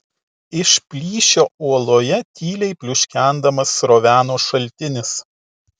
iš plyšio uoloje tyliai pliuškendamas sroveno šaltinis